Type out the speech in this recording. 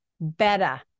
better